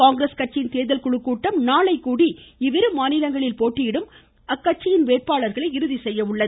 காங்கிரஸ் கட்சியின் தேர்தல் குழு கூட்டம் நாளை கூடி இவ்விரு மாநிலங்களில் போட்டியிடும் அக்கட்சி வேட்பாளர்களை இறுதி செய்ய உள்ளது